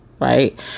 Right